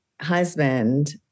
husband